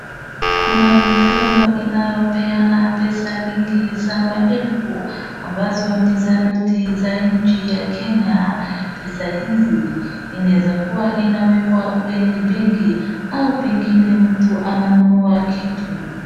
Kuna mkono inayopeana pesa mingi za maelfu, ambazo ni za noti za nchi ya Kenya, pesa hizi inaezakuwa inawekwa kwenye benki au pengine mtu ananunua kitu.